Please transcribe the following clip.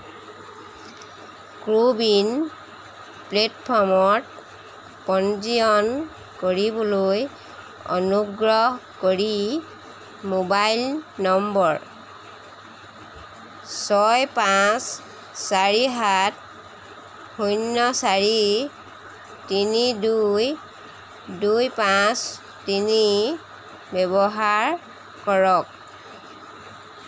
কু ৱিন প্লে'টফৰ্মত পঞ্জীয়ন কৰিবলৈ অনুগ্ৰহ কৰি মোবাইল নম্বৰ ছয় পাঁচ চাৰি সাত শূণ্য চাৰি তিনি দুই দুই পাঁচ তিনি ব্যৱহাৰ কৰক